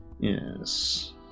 Yes